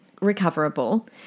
recoverable